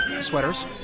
sweaters